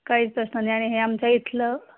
काहीच असतानी आणि हे आमच्या इथलं